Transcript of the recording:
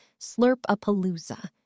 Slurp-a-Palooza